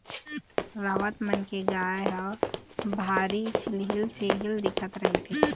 राउत मन के गाय ह भारी छिहिल छिहिल दिखत रहिथे